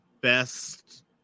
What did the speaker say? Best